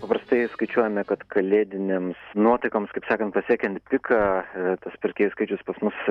paprastai skaičiuojame kad kalėdinėms nuotaikoms kaip sakant pasiekiant piką tas pirkėjų skaičius pas mus